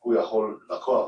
הוא יכול להגיע.